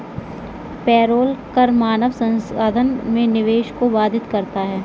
payroll कर मानव संसाधन में निवेश को बाधित करता है